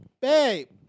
Babe